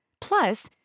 Plus